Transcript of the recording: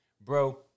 bro